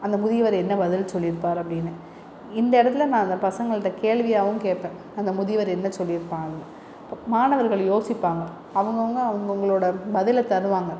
அந்த முதியவர் என்ன பதில் சொல்லிருப்பார் அப்படின்னு இந்த இடத்துல நான் அந்த பசங்கள்கிட்ட கேள்வியாகவும் கேட்பேன் அந்த முதியவர் என்ன சொல்லிருப்பாருன்னு அப்போ மாணவர்கள் யோசிப்பாங்க அவங்க அவங்க அவங்க அவங்களோட பதிலை தருவாங்க